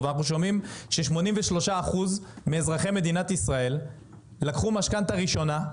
אנחנו שומעים ש-83% מאזרחי מדינת ישראל לקחו משכנתה ראשונה,